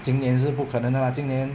今年是不可能的啦今年